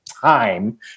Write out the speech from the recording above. Time